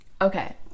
Okay